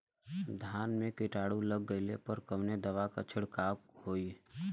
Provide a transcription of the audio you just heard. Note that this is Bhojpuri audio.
धान में कीटाणु लग गईले पर कवने दवा क छिड़काव होई?